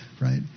right